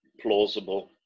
plausible